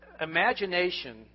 imagination